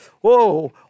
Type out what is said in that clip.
whoa